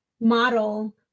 model